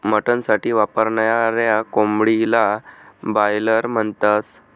mutton साठी वापरनाऱ्या कोंबडीले बायलर म्हणतस